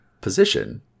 position